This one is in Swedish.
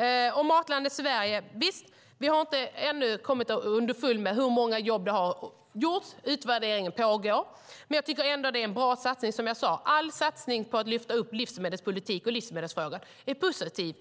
Angående Matlandet Sverige har vi ännu inte kommit underfund med hur många jobb det har skapat. Utvärderingen pågår. Men jag tycker ändå att det är en bra satsning. Som jag sade: All satsning på att lyfta upp livsmedelspolitik och livsmedelsfrågor är positiv.